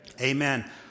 Amen